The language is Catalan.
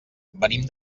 venim